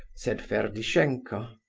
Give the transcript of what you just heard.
said ferdishenko.